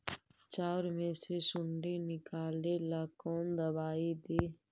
चाउर में से सुंडी निकले ला कौन दवाई दी?